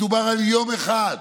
מדובר על יום אחד.